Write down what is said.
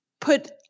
put